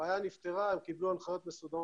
הבעיה נפתרו ולפני שבוע ימים הם קיבלו הנחיות מסודרות